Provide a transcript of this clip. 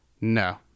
no